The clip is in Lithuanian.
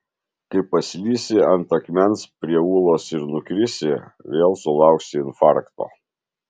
kai paslysi ant akmens prie ūlos ir nukrisi vėl sulauksi infarkto